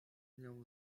nią